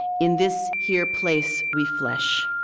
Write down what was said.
in this here place we flesh,